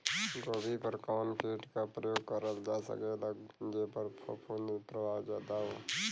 गोभी पर कवन कीट क प्रयोग करल जा सकेला जेपर फूंफद प्रभाव ज्यादा हो?